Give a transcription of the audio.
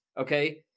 Okay